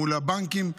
מול הבנקים.